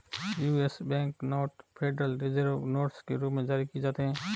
US bank note federal reserve notes के रूप में जारी किए जाते हैं